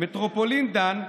מטרופולין דן,